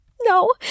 no